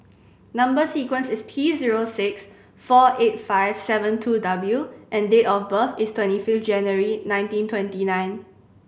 number sequence is T zero six four eight five seven two W and date of birth is twenty fifth January nineteen twenty nine